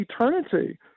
eternity